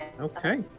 Okay